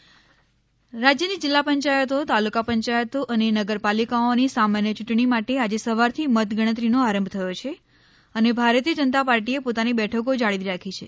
મત ગણતરી રાજ્યની જીલ્લા પંચાયતો તાલુકા પંચાયતો અને નગરપાલિકાઓની સામાન્ય ચુંટણી માટે આજે સવારથી મત ગણતરીનો આરંભ થયો છે અને ભારતીય જનતા પાર્ટીએ પોતાની બેઠકો જાળવી રાખી છે